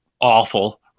awful